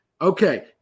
Okay